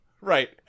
Right